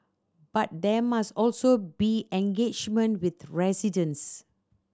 but there must also be engagement with residents